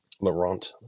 Laurent